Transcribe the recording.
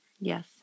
Yes